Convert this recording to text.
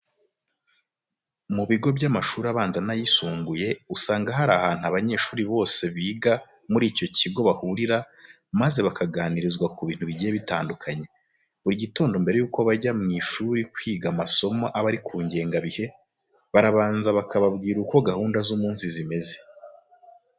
Mu bigo by'amashuri abanza n'ayisumbuye usanga hari ahantu abanyeshuri bose biga muri icyo kigo bahurira maze bakaganirizwa ku bintu bigiye bitandukanye. Buri gitondo mbere yuko bajya mu ishuri kwiga amasomo aba ari ku ngengabihe, barabanza bakababwira uko gahunda z'umunsi zimeze.